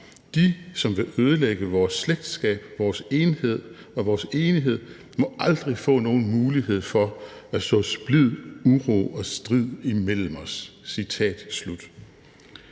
De, som vil ødelægge vort slægtskab, vor enhed og vor enighed, må aldrig få nogen mulighed for at så splid, uro og strid mellem os.«